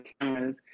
cameras